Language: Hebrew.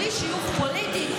בלי שיוך פוליטי,